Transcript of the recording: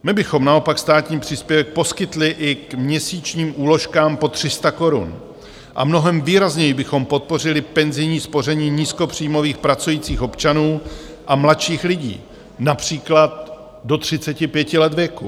My bychom naopak státní příspěvek poskytli i k měsíčním úložkám pod 300 korun a mnohem výrazněji bychom podpořili penzijní spoření nízkopříjmových pracujících občanů a mladších lidí, například do 35 let věku.